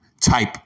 type